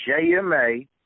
jma